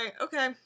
Okay